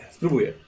Spróbuję